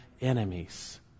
enemies